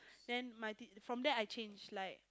then my te~ from there I change like